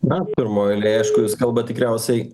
na pirmoj eilės aišku jūs kalbat tikriausiai